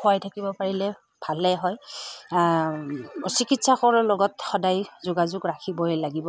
খুৱাই থাকিব পাৰিলে ভালেই হয় চিকিৎসকৰ লগত সদায় যোগাযোগ ৰাখিবই লাগিব